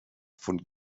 von